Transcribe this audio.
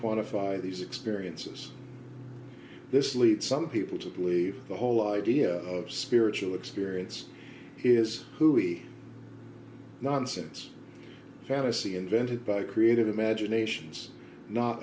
quantify these experiences this leads some people to believe the whole idea of spiritual experience is hooey nonsense fallacy invented by creative imaginations not